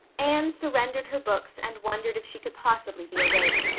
anne surrendered her books and wondered if she could possibly be awake.